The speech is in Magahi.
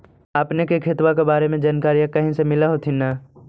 अपने के खेतबा के बारे मे जनकरीया कही से मिल होथिं न?